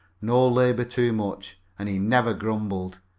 no labor too much, and he never grumbled.